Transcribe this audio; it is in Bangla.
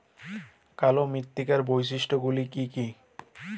কালো মৃত্তিকার বৈশিষ্ট্য গুলি কি কি?